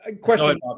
Question